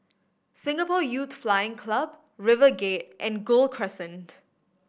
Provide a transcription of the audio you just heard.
Singapore Youth Flying Club River Gate and Gul Crescent